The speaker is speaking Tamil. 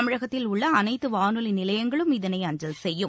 தமிழகத்தில் உள்ள அனைத்து வானொலி நிலையங்களும் இதனை அஞ்சல் செய்யும்